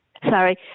Sorry